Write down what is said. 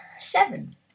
seven